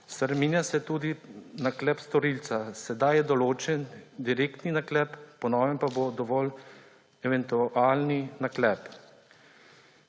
Spreminja se tudi naklep storilca. Sedaj je določen direktni naklep, po novem pa bo dovolj eventualni naklep.